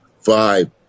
five